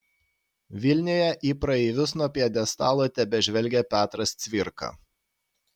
vilniuje į praeivius nuo pjedestalo tebežvelgia petras cvirka